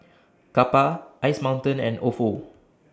Kappa Ice Mountain and Ofo